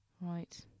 Right